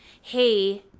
Hey